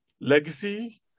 Legacy